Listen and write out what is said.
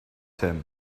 him